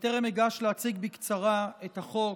בטרם אגש להציג בקצרה את החוק,